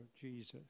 Jesus